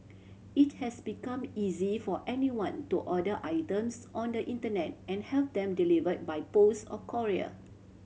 it has become easy for anyone to order items on the Internet and have them deliver by post or courier